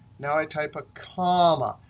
now i type a comma.